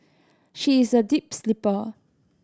she is a deep sleeper